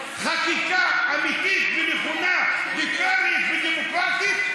חקיקה אמיתית ונכונה ודמוקרטית,